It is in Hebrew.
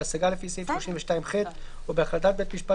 בהשגה לפי סעיף 32ח או בהחלטת בית משפט